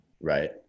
Right